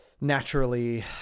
Naturally